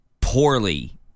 poorly